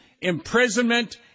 imprisonment